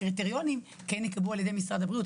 הקריטריונים כן ייקבעו על ידי משרד הבריאות.